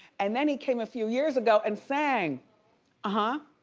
and then he came a few years ago and sang ah